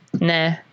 Nah